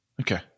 Okay